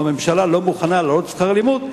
או שהממשלה לא מוכנה להעלות את שכר הלימוד,